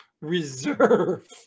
reserve